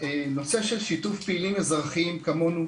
נושא של שיתוף פעילים אזרחיים כמונו